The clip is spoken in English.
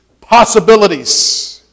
possibilities